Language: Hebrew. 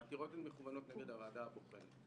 למעשה, העתירות מכוונות נגד הוועדה הבוחנת,